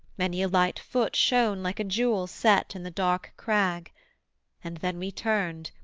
many a light foot shone like a jewel set in the dark crag and then we turned,